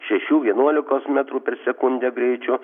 šešių vienuolikos metrų per sekundę greičiu